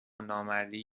نامردی